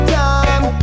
time